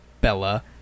Bella